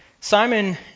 Simon